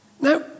Now